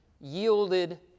yielded